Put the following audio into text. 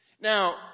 Now